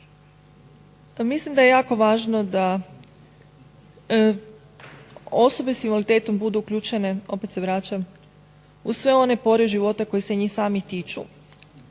Mislim da je jako važno da osobe s invaliditetom budu uključene, opet se vraćam, u sve one pore života koje se njih samih tiču